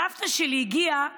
הסבתא שלי הגיעה